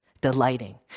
delighting